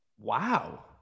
Wow